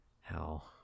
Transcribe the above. hell